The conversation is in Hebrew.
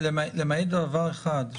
למעט דבר אחד,